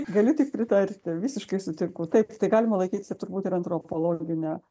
galiu tik pritarti visiškai sutinku taip tai galima laikyti turbūt ir antropologine